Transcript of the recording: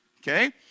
okay